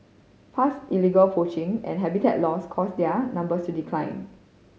past illegal poaching and habitat loss caused their numbers to decline